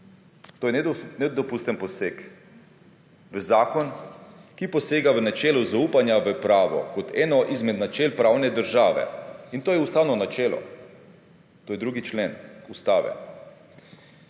To je nedopusten poseg v zakon, ki posega v načelo zaupanja v pravo kot eno izmed načel prane države in to je ustavno načelo. To je 2. člen Ustave.